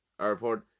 Airport